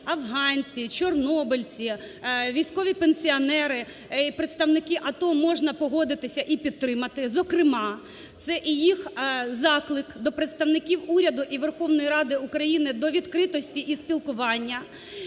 афганці, чорнобильці, військові пенсіонери і представників АТО, можна погодитися і підтримати. Зокрема, це і їх заклик до представників уряду і Верховної Ради України до відкритості і спілкування.